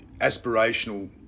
aspirational